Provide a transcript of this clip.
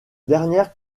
dernière